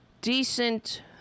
decent